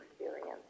experience